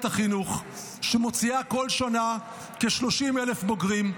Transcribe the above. החינוך שמוציאה בכל שנה כ-30,000 בוגרים,